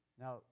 Now